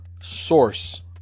source